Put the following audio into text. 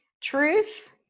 truth